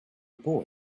boy